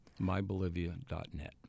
MyBolivia.net